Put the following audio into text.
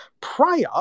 prior